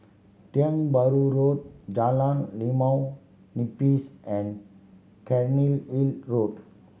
Tiong Bahru Road Jalan Limau Nipis and Cairnhill Road